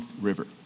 River